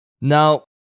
Now